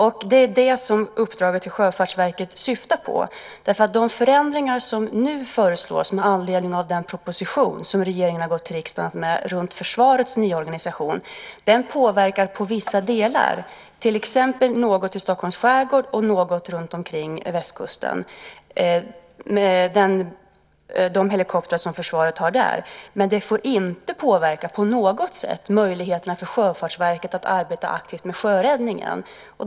Det är också det som uppdraget till Sjöfartsverket syftar på. De förändringar som nu föreslås med anledning av den proposition som regeringen har gått till riksdagen med runt försvarets nya organisation påverkar i vissa delar de helikoptrar som försvaret har, till exempel något i Stockholms skärgård och något runtomkring västkusten, men de får inte på något sätt påverka möjligheterna för Sjöfartsverket att arbeta aktivt med sjöräddningen.